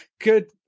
Good